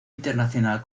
internacional